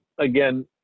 Again